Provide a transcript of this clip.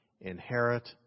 inherit